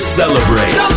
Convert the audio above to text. celebrate